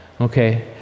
Okay